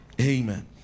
Amen